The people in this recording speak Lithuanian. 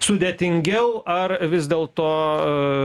sudėtingiau ar vis dėlto